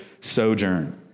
sojourn